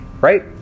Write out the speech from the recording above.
Right